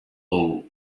all